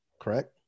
Correct